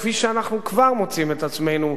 כפי שאנחנו כבר מוצאים את עצמנו,